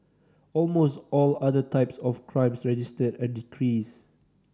almost all other types of crimes registered a decrease